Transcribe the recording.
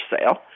sale